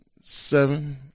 Seven